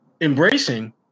embracing